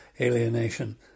alienation